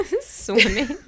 swimming